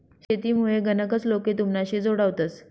शेतीमुये गनच लोके तुमनाशी जोडावतंस